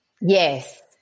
yes